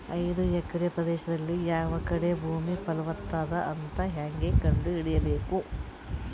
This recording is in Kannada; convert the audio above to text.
ಐದು ಎಕರೆ ಪ್ರದೇಶದಲ್ಲಿ ಯಾವ ಕಡೆ ಭೂಮಿ ಫಲವತ ಅದ ಅಂತ ಹೇಂಗ ಕಂಡ ಹಿಡಿಯಬೇಕು?